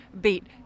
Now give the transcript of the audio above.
beat